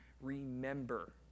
remember